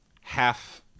half